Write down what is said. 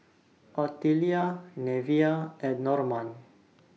Ottilia Neveah and Normand